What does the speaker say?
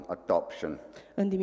adoption